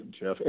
Jeff